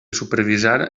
supervisar